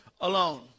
alone